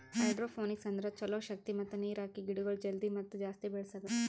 hydroponics ಅಂದುರ್ ಛಲೋ ಶಕ್ತಿ ಮತ್ತ ನೀರ್ ಹಾಕಿ ಗಿಡಗೊಳ್ ಜಲ್ದಿ ಮತ್ತ ಜಾಸ್ತಿ ಬೆಳೆಸದು